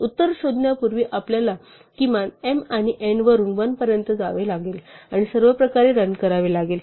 उत्तर शोधण्यापूर्वी आपल्याला किमान m आणि n वरून 1 पर्यंत परत जावे लागेल आणि सर्वप्रकारे रन करावे लागेल